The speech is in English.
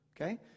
okay